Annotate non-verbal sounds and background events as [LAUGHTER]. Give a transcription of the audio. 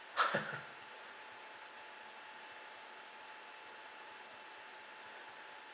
[LAUGHS]